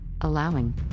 allowing